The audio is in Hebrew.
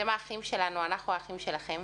אתם האחים שלנו, אנחנו האחים שלכם,